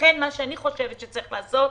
לכן אני חושבת שצריך לעשות